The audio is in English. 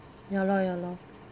ya lor ya lor